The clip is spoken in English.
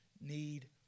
need